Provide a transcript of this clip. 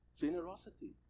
Generosity